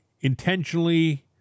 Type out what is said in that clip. intentionally